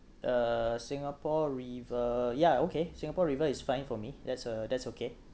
uh singapore river yeah okay singapore river is fine for me that's uh that's okay